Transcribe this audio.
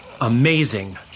Amazing